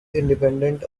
independent